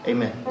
Amen